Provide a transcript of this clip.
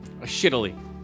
Shittily